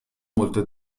molte